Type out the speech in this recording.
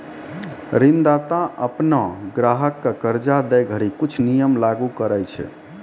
ऋणदाता अपनो ग्राहक क कर्जा दै घड़ी कुछ नियम लागू करय छै